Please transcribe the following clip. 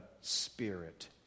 Spirit